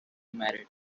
married